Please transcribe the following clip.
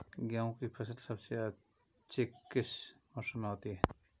गेंहू की फसल सबसे अच्छी किस मौसम में होती है?